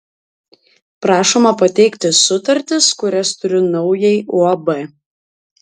prašoma pateikti sutartis kurias turiu naujai uab